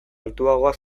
altuago